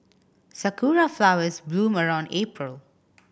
sakura flowers bloom around April